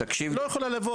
שהיא אמרה